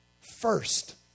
first